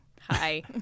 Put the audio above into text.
Hi